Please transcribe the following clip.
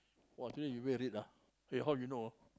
!wah! today you wear red ah eh how you know